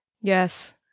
Yes